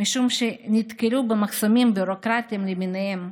משום שנתקלו במחסומים ביורוקרטיים למיניהם.